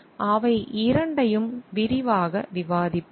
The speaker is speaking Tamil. அவை இரண்டையும் விரிவாக விவாதிப்போம்